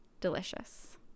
delicious